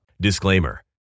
Disclaimer